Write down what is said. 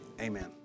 amen